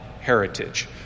heritage